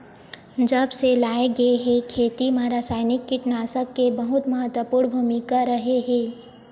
जब से लाए गए हे, खेती मा रासायनिक कीटनाशक के बहुत महत्वपूर्ण भूमिका रहे हे